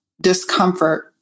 discomfort